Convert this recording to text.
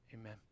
Amen